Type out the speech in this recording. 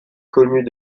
connues